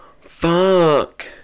Fuck